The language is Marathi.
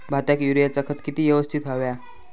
भाताक युरियाचा खत किती यवस्तित हव्या?